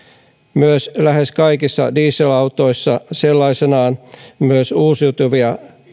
myös lähes kaikissa dieselautoissa sellaisenaan myös uusiutuvia